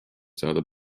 saada